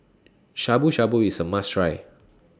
Shabu Shabu IS A must Try